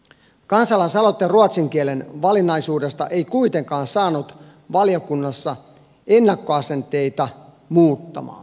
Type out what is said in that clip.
kansalaisaloite ruotsin kielen valinnaisuudesta ei kuitenkaan saanut valiokunnassa ennakkoasenteita muuttumaan